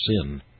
sin